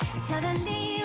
suddenly